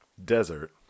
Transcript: desert